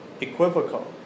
equivocal